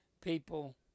People